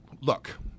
look